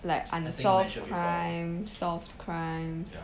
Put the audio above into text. like unsolved crimes solved crimes